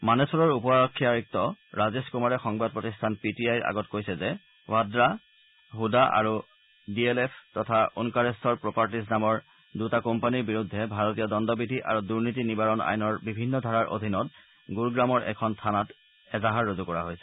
মানেচৰৰ উপ আৰক্ষী আয়ুক্ত ৰাজেশ কুমাৰে সংবাদ প্ৰতিষ্ঠান পি টি আইৰ আগত কৈছে যে ভাদ্ৰা ছ্দা আৰু ডি এল এফ তথা ওনকাৰেখৰ প্ৰোপাৰ্টিজ নামৰ দুটা কোম্পানীৰ বিৰুদ্ধে ভাৰতীয় দণ্ডবিধি আৰু দুৰ্নীতি নিবাৰণ আইনৰ বিভিন্ন ধাৰাৰ অধীনত গুৰুগ্ৰামৰ এখন থানাত এজাহাৰ ৰুজু কৰা হৈছে